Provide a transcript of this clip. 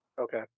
Okay